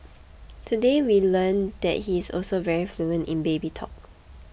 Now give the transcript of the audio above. today we learned that he is also very fluent in baby talk